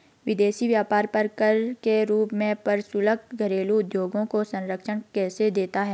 विदेशी व्यापार पर कर के रूप में प्रशुल्क घरेलू उद्योगों को संरक्षण कैसे देता है?